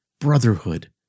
brotherhood